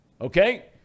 okay